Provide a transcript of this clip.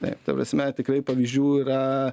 taip ta prasme tikrai pavyzdžių yra